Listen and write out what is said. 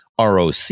ROC